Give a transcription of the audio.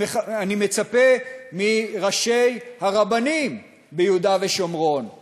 אני מצפה מראשי הרבנים ביהודה ושומרון שיגידו,